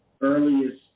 earliest